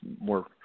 more